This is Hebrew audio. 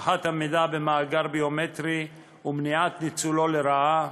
אבטחת המידע במאגר ביומטרי ומניעת ניצולו לרעה,